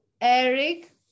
Eric